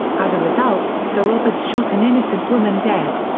as a result, the robbers shot an innocent woman dead.